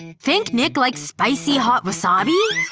think nick likes spicy hot wasabi?